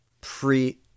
pre